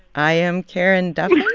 i am karen duffin?